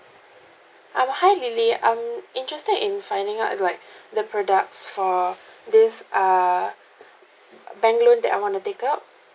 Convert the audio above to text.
um hi lily I'm interested in finding out like the products for this err bank loan that I want to take up